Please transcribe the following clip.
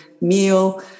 meal